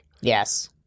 Yes